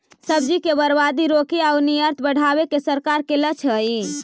सब्जि के बर्बादी रोके आउ निर्यात बढ़ावे के सरकार के लक्ष्य हइ